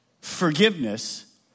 Forgiveness